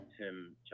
Tim